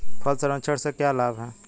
फल संरक्षण से क्या लाभ है?